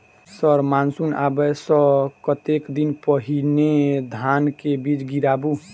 Sir monsoon आबै सऽ कतेक दिन पहिने धान केँ बीज गिराबू?